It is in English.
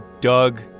Doug